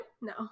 No